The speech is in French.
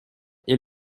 est